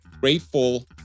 Grateful